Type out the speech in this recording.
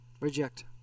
Reject